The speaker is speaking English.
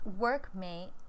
workmate